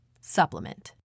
supplement